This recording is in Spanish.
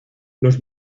los